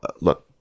Look